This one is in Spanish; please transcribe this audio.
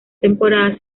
temporada